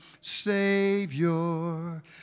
Savior